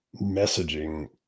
messaging